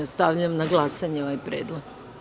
Stavljam na glasanje ovaj predlog.